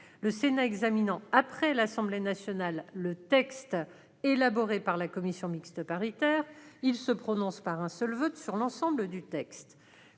lorsqu'il examine après l'Assemblée nationale le texte élaboré par la commission mixte paritaire, le Sénat se prononce par un seul vote sur l'ensemble du texte.